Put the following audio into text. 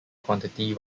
quantity